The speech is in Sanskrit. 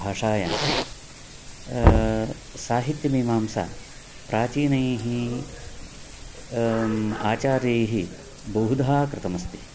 भाषायां साहित्यमीमांसा प्राचीनैः आचार्यैः बहुधा कृतास्ति